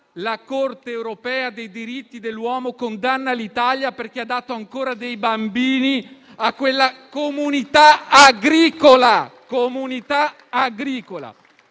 la Corte europea dei diritti dell'uomo condanna l'Italia perché ha dato ancora dei bambini a quella comunità agricola;